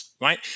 right